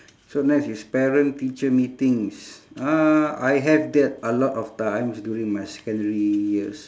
so next is parent teacher meetings uh I have that a lot of times during my secondary years